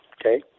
okay